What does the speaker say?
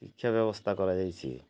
ଶିକ୍ଷା ବ୍ୟବସ୍ଥା କରାଯାଇଛି